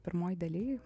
pirmoj daly